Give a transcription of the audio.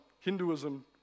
Hinduism